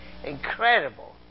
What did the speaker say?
incredible